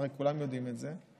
הרי כולם יודעים את זה,